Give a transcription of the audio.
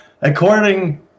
According